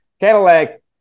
Cadillac